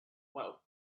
well